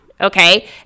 Okay